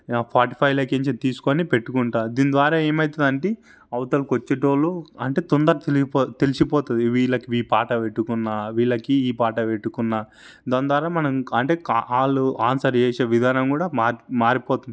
స్పాటిఫైలో కించి తీసుకుని పెట్టుకుంటా దీనిద్వారా ఏమవుతుంది అంటే అవతలకి వచ్చేటోళ్లు అంటే తొందర తేలిపో తెలిసిపోతది వీళ్ళకి ఈ పాట పెట్టుకున్నా వీళ్ళకి ఈ పాట పెట్టుకున్నా దానిద్వారా మనం అంటే కాల్ అన్సర్ చేసే విధానం కూడ మార్ మారిపోతుంది